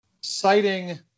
Citing